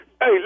Hey